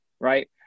right